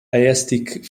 aesthetic